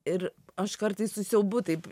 ir aš kartais su siaubu taip